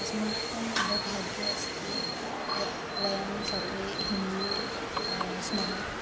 अस्माकम् अहोभाग्यम् अस्ति यत् वयं सर्वे हिन्दू स्मः